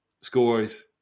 scores